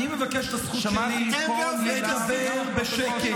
אני מבקש את הזכות שלי לדבר בשקט.